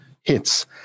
hits